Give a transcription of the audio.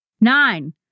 Nine